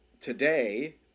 today